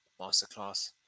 masterclass